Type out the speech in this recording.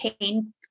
pain